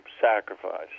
sacrifice